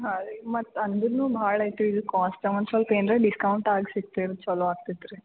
ಹಾಂ ರೀ ಮತ್ತು ಅಂದ್ರು ಭಾಳ ಆಯ್ತು ರೀ ಇದು ಕಾಸ್ಟ ಒಂದು ಸ್ವಲ್ಪ ಏನಾರಾ ಡಿಸ್ಕೌಂಟಾಗಿ ಸಿಗ್ತಿದ್ರೆ ಚೊಲೋ ಆಗ್ತಿತ್ರಿ